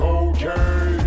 okay